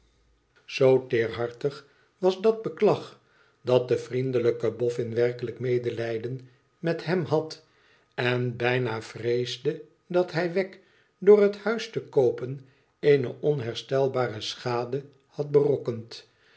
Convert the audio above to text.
zoo teerhartig was dat beklag dax de vriendelijke boffin werkelijk medelijden met hem had en bijna vreesde dat hij wegg door het huis te koopen eene onherstelbare schade had berokkend